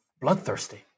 bloodthirsty